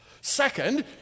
Second